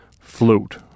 float